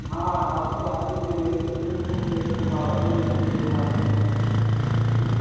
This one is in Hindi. हाँ हाँ उसकी वापसी यह नहीं कि तुमने खोल दिया इसको हम वापस नहीं लेकिन ज़रूर वापस लेंगे भाई हाँ